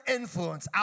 influence